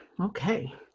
okay